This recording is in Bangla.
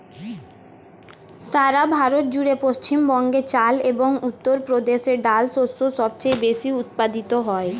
সারা ভারত জুড়ে পশ্চিমবঙ্গে চাল এবং উত্তরপ্রদেশে ডাল শস্য সবচেয়ে বেশী উৎপাদিত হয়